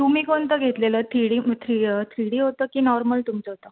तुम्ही कोणतं घेतलेलं थीडी थ्री थ्रीडी होतं की नॉर्मल तुमचं होतं